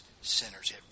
sinners